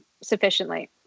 sufficiently